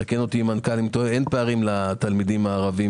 תקן אותי המנכ"ל אם אני טועה אין פערים לתלמידים הערבים.